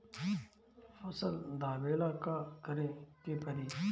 फसल दावेला का करे के परी?